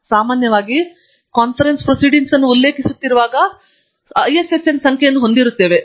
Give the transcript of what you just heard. ನಾವು ಸಾಮಾನ್ಯವಾಗಿ conference proceedings ಅನ್ನು ಉಲ್ಲೇಖಿಸುತ್ತಿರುವಾಗ ನಾವು ಸಾಮಾನ್ಯವಾಗಿ ಐಎಸ್ಎಸ್ಎನ್ ಸಂಖ್ಯೆಯನ್ನು ಹೊಂದಿರುತ್ತೇವೆ